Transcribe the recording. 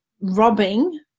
robbing